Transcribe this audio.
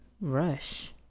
rush